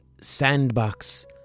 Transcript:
Sandbox